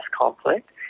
conflict